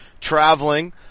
Traveling